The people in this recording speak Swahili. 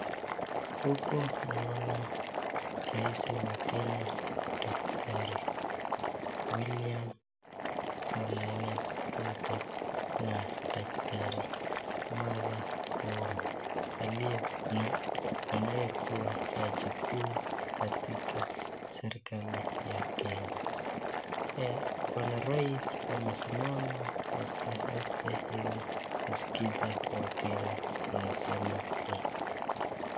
Huku naona rais wa kenya daktari William Samoei Ruto na daktari Martha Koome anayekuwa jaji mkuu katika serikali ya kenya ,bwana rais amesimama aste aste ili asikize wakenya wanasema nini.